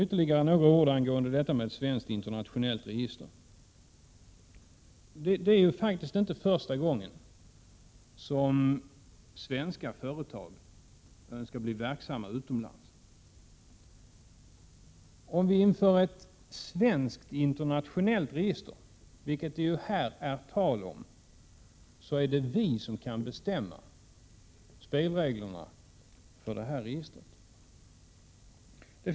Ytterligare några ord beträffande ett svenskt internationellt register: Det är faktiskt inte första gången som svenska företag önskar bli verksamma utomlands. Om vi inför ett svenskt internationellt register — vilket det är tal om -— är det vi som kan bestämma spelreglerna för registret.